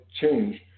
change